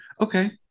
okay